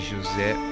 José